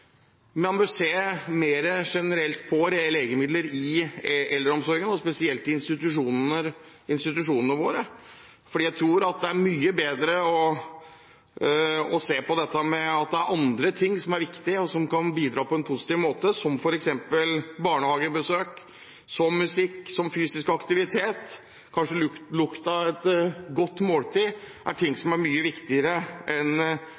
man bør se mer generelt på legemidler i eldreomsorgen, og spesielt i institusjonene våre, for jeg tror det er mye bedre å se på om det er annet som er viktig, og som kan bidra på en positiv måte, som f.eks. barnehagebesøk, musikk, fysisk aktivitet, kanskje lukten av et godt måltid – at det er noe som er mye viktigere enn